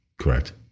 Correct